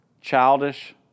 childish